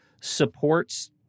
supports